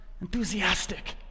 enthusiastic